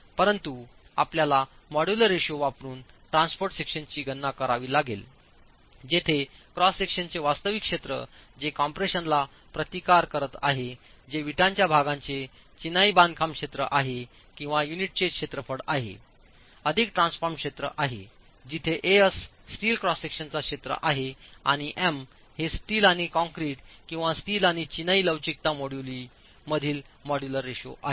परंतु आपल्याला modular ratio वापरुन ट्रान्सफॉर्म्ड सेक्शनची गणना करावी लागेल जिथे क्रॉस सेक्शनचे वास्तविक क्षेत्र जे कम्प्रेशनला प्रतिकार करीत आहे जे विटांच्या भागाचे चीनाई बांधकाम क्षेत्र आहे किंवा युनिटचे क्षेत्रफळ आहे अधिक ट्रान्सफॉर्म्ड क्षेत्र आहे जिथे As स्टील क्रॉस सेक्शनचा क्षेत्र आहे आणि एम हे स्टील आणि कंक्रीट किंवा स्टील आणिचिनाई लवचिकता मोड्यूली मधीलमॉड्यूलर रेश्यो आहे